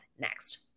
next